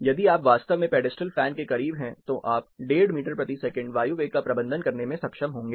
यदि आप वास्तव में पेडस्टल फैन के करीब हैं तो आप 15 मीटर प्रति सेकंड वायु वेग का प्रबंधन करने में सक्षम होंगे